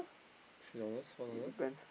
three dollars four dollars